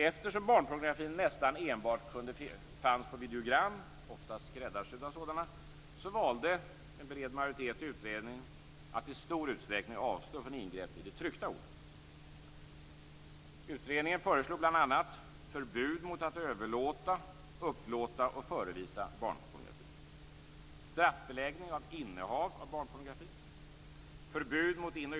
Eftersom barnpornografin nästan enbart fanns på videogram - ofta skräddarsydda sådana - valde en bred majoritet i utredningen att i stor utsträckning avstå från ingrepp i det tryckta ordet.